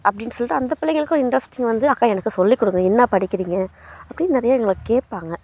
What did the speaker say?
அப்படின்னு சொல்லிட்டு அந்த பிள்ளைங்களுக்கும் இன்ட்ரெஸ்ட்டிங் வந்து அக்கா எனக்கும் சொல்லி கொடுங்க என்ன படிக்கிறீங்க அப்படின்னு நிறைய எங்களை கேட்பாங்க